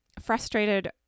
frustrated